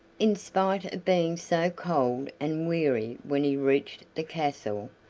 in spite of being so cold and weary when he reached the castle,